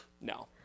No